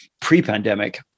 pre-pandemic